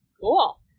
cool